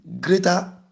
greater